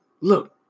Look